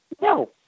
No